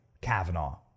Kavanaugh